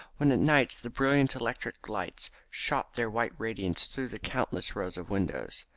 when at night the brilliant electric lights shot their white radiance through the countless rows of windows.